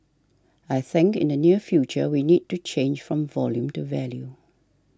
I think in the near future we need to change from volume to value